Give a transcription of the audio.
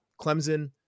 Clemson